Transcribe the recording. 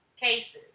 cases